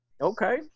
Okay